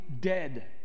dead